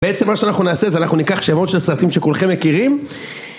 בעצם מה שאנחנו נעשה, זה אנחנו ניקח שמות של סרטים שכולכם מכירים